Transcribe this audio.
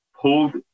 pulled